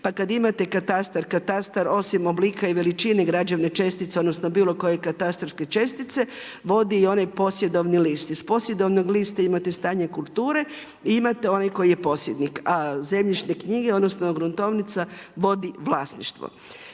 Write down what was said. pa kada imate katastar, katastar osim oblika i veličini građevne čestice odnosno bilo koje katastarske čestice vodi i onaj posjedovni list. Iz posjedovnog lista imate stanje kulture i imate onog koji je posjednik, a zemljišne knjige, odnosno gruntovnica vodi vlasništvo.